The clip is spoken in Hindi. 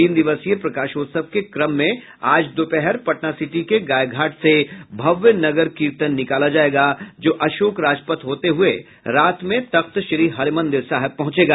तीन दिवसीय प्रकाशोत्सव के क्रम में आज दोपहर पटना सिटी के गायघाट से भव्य नगर कीर्तन निकलेगा जो अशोक राजपथ होते हुए रात में तख्त श्री हरिमंदिर साहिब पहुंचेगा